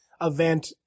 event